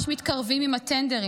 מתקרבים עם הטנדרים,